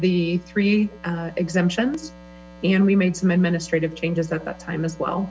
the three exemptions and we made some administrative changes at that time as well